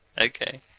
Okay